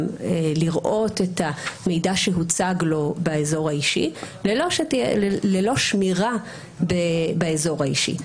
לראות את המידע שהוצג לו באזור האישי ללא שמירה באזור האישי.